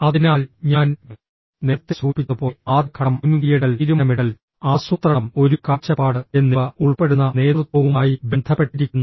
അതിനാൽ ഞാൻ നേരത്തെ സൂചിപ്പിച്ചതുപോലെ ആദ്യ ഘടകം മുൻകൈയെടുക്കൽ തീരുമാനമെടുക്കൽ ആസൂത്രണം ഒരു കാഴ്ചപ്പാട് എന്നിവ ഉൾപ്പെടുന്ന നേതൃത്വവുമായി ബന്ധപ്പെട്ടിരിക്കുന്നു